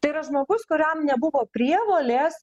tai yra žmogus kuriam nebuvo prievolės